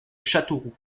châteauroux